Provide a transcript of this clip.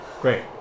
Great